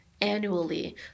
annually